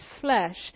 flesh